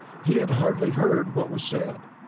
he had hardly heard what was said.